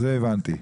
את זה הבנתי.